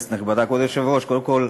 כנסת נכבדה, כבוד היושב-ראש, קודם כול,